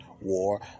war